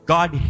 God